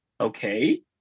okay